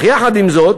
עם זאת,